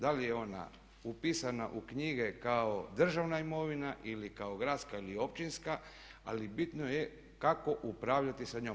Da li je ona upisana u knjige kao državna imovina ili kao gradska ili općinska ali bitno je kako upravljati sa njom.